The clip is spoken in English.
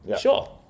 Sure